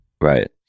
Right